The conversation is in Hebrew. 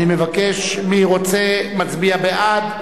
מי מצביע בעד?